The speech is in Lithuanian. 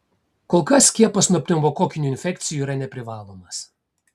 kol kas skiepas nuo pneumokokinių infekcijų yra neprivalomas